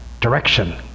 direction